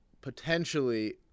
potentially